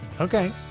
Okay